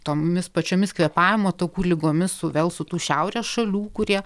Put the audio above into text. tomis pačiomis kvėpavimo takų ligomis su vėl su tų šiaurės šalių kurie